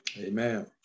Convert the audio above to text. Amen